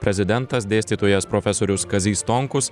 prezidentas dėstytojas profesorius kazys stonkus